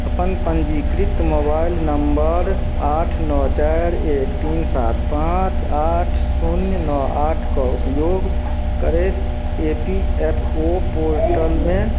अपन पञ्जीकृत mobile number आठ नओ चारि एक तीन सात पाँच आठ शून्य नओ आठके उपयोग करैत ई पी एफ ओ पोर्टलमे